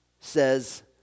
says